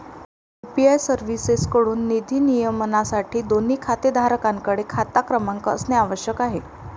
UPI सर्व्हिसेसएकडून निधी नियमनासाठी, दोन्ही खातेधारकांकडे खाता क्रमांक असणे आवश्यक आहे